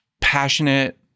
passionate